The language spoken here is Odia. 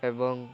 ଏବଂ